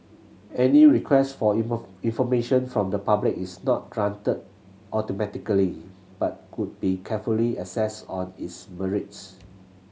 any request for information from the public is not granted automatically but would be carefully assessed on its merits